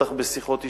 בטח בשיחות אישיות.